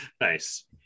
Nice